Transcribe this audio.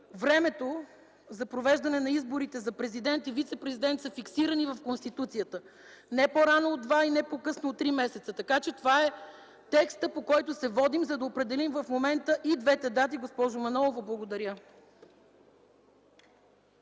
времето за провеждане на изборите за президент и вицепрезидент са фиксирани в Конституцията – не по рано от два и не по-късно от три месеца. Така че това е текстът, по който се водим, за да определим в момента и двете дати, госпожо Манолова. Благодаря.